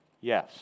Yes